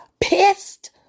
pissed